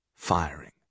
Firing